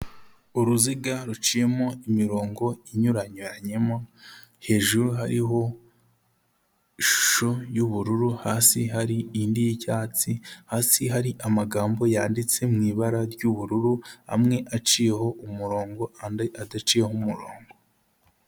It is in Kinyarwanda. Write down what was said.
Uruziga ruciyemo imirongo inyuranyuranyemo, hejuru hariho ishusho y'ubururu, hasi hari indi y'icyatsi, hasi hari amagambo yanditse mu ibara ry'ubururu, amwe aciyeho umurongo, andi adaciyeho umurongo.